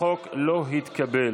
החוק לא התקבל.